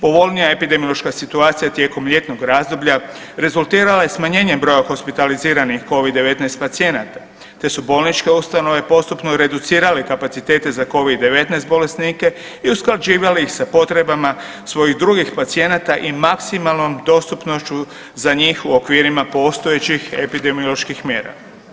Povoljnija epidemiološka situacija tijekom ljetnog razdoblja rezultirala je smanjenjem broja hospitaliziranih Covid-19 pacijenata te su bolničke ustanove postupno reducirale kapacitete za Covid-19 bolesnike i usklađivali ih sa potrebama svojih drugih pacijenata i maksimalnom dostupnošću za njih u okvirima postojećih epidemioloških mjera.